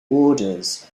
orders